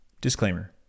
Disclaimer